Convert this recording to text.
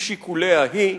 משיקוליה היא,